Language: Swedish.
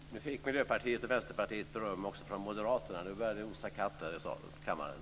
Fru talman! Nu fick Miljöpartiet och Vänsterpartiet beröm också från moderaterna. Nu börjar det osa katt här i kammaren.